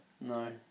no